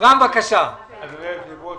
אדוני היושב-ראש,